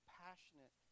passionate